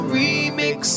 remix